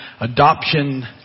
adoption